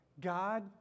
God